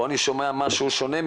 וממך אני שומע משהו שונה,